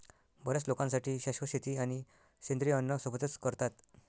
बर्याच लोकांसाठी शाश्वत शेती आणि सेंद्रिय अन्न सोबतच करतात